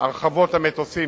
הרחבות המסלולים